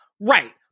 right